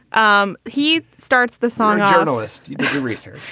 um he starts the song journalist research.